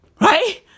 right